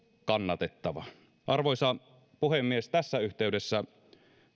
kannatettava arvoisa puhemies tässä yhteydessä